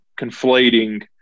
conflating